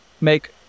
make